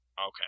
Okay